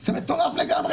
זה מטורף לגמרי,